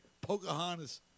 Pocahontas